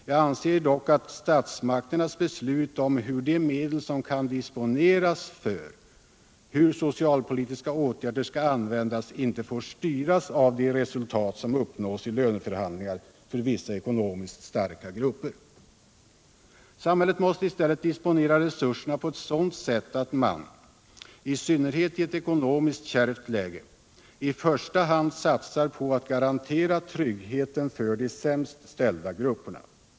Jag anser dock att statsmakternas beslut om användandet av de medel, som kan disponeras för socialpolitiska åtgärder, inte får styras av de resultat som uppnås i löneförhandlingar för vissa ekonomiskt starka grupper. Samhället måste i stället disponera resurserna på ett sådant sätt att man —i synnerhet i ett kärvt ekonomiskt läge — i första hand satsar på att garantera tryggheten för de sämst ställda grupperna.